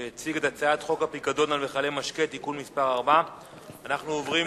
שהציג את הצעת חוק הפיקדון על מכלי משקה (תיקון מס' 4). אנחנו עוברים,